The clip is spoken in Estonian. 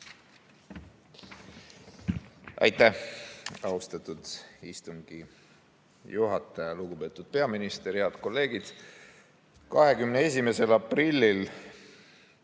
Aitäh, austatud istungi juhataja! Lugupeetud peaminister! Head kolleegid! 21. aprillil